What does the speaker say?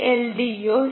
2 ആണ്